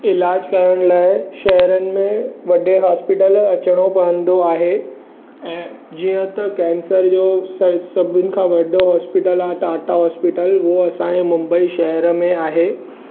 इलाजु करण लाइ शहरनि में वॾे हॉस्पिटल अचिणो पवंदो आहे ऐं जीअं त कैंसर जो सही सभिनि खां वॾो हॉस्पिटल आहे टाटा हॉस्पिटल उहो असांजे मुंबई शहर में आहे